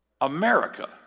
America